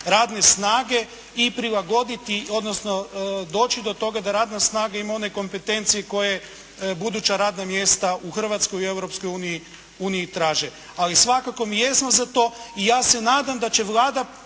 radne snage i prilagoditi, odnosno doći do toga da radna snaga ima one kompetencije koje buduća radna mjesta u Hrvatskoj i Europskoj uniji traže. Ali svakako mi jesmo za to i ja se nadam da će Vlada